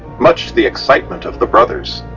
much to the excitement of the brothers.